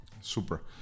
Super